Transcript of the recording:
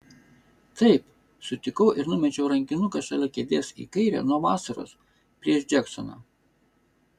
taip sutikau ir numečiau rankinuką šalia kėdės į kairę nuo vasaros prieš džeksoną